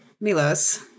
Milos